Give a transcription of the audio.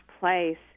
place